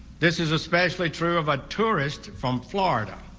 this is especially true of a tourist from florida.